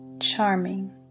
charming